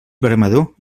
veremador